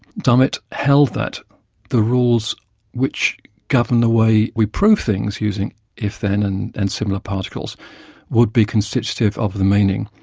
dummett held that the rules which govern the way we prove things using if, then, and and similar particles would be constitutive of the meaning.